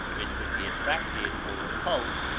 which would be attracted or repulsed,